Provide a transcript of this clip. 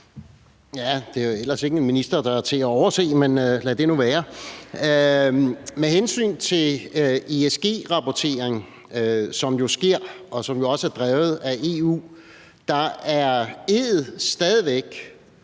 Det er jo ellers ikke en minister, der er til at overse, men lad det nu være. Med hensyn til ESG-rapportering, som jo sker, og som også er drevet af EU, står E'et stadig væk